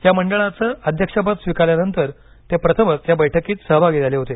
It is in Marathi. या मंडळाचं अध्यक्षपद स्वीकारल्यानंतर ते प्रथमच या बैठकीत सहभागी झाले होते